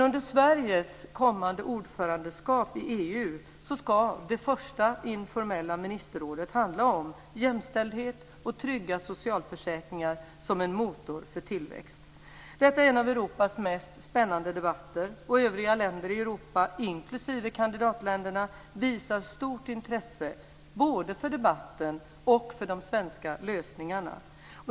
Under Sveriges kommande ordförandeskap i EU ska det första informella ministerrådet handla om jämställdhet och trygga socialförsäkringar som en motor för tillväxt. Detta är en av Europas mest spännande debatter. Övriga länder i Europa, inklusive kandidatländerna, visar stort intresse både för debatten och för de svenska lösningarna.